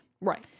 Right